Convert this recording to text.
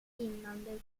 innan